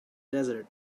desert